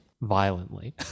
violently